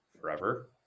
forever